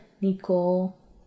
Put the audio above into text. Nicole